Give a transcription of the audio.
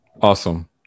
Awesome